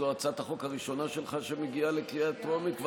זו הצעת החוק הראשונה שלך שמגיעה לקריאה טרומית.